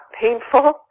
painful